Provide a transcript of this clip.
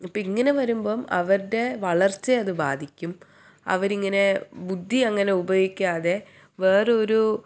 അപ്പോൾ ഇങ്ങനെ വരുമ്പം അവരുടെ വളർച്ചയെ അത് ബാധിക്കും അവർ ഇങ്ങനെ ബുദ്ധി അങ്ങനെ ഉപയോഗിക്കാതെ വേറൊരു